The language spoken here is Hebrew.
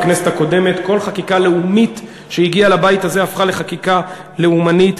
בכנסת הקודמת כל חקיקה לאומית שהגיעה לבית הזה הפכה לחקיקה לאומנית.